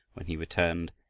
when he returned,